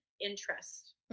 interest